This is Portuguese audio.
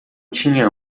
tinha